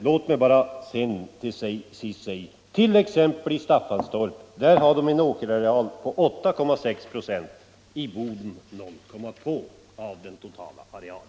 Låt mig till sist säga att i Staffanstorp har man en åkerareal på 8,6 96, i Boden på 0,2 96 av den totala arealen.